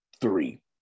three